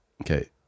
Okay